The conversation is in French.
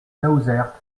laouzert